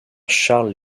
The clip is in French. charles